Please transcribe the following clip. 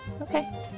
Okay